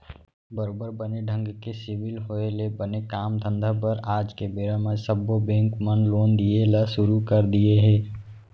बरोबर बने ढंग के सिविल होय ले बने काम धंधा बर आज के बेरा म सब्बो बेंक मन लोन दिये ल सुरू कर दिये हें